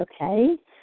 okay